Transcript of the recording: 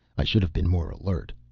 i should have been more alert.